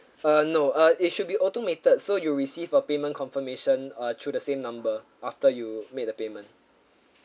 uh no uh it should be automated so you receive a payment confirmation uh through the same number after you made the payment